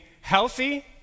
healthy